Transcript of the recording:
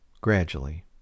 Gradually